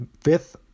Fifth